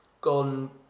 gone